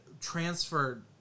transferred